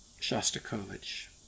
Shostakovich